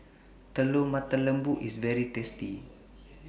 Telur Mata Lembu IS very tasty